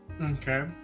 okay